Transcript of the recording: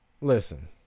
Listen